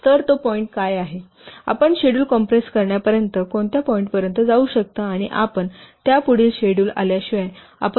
तर तो पॉईंट काय आहे आपण शेड्युल कॉम्प्रेस करण्यापर्यंत कोणत्या पॉईंटपर्यंत जाऊ शकता आणि आपण त्या पुढील शेड्युल आल्याशिवाय आपण यशस्वी होऊ शकत नाही